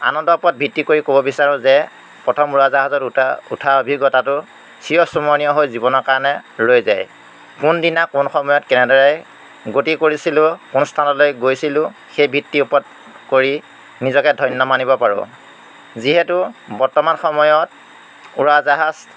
আনন্দৰ ওপৰত ভিত্তি কৰি ক'ব বিচাৰোঁ যে প্ৰথম উৰাজাহাজত উঠা উঠা অভিজ্ঞতাটো চিৰস্মৰণীয় হৈ জীৱনৰ কাৰণে ৰৈ যায় কোনদিনা কোন সময়ত কেনেদৰে গতি কৰিছিলোঁ কোন স্থানলৈ গৈছিলোঁ সেই ভিত্তিৰ ওপৰত কৰি নিজকে ধন্য মানিব পাৰোঁ যিহেতু বৰ্তমান সময়ত উৰাজাহাজ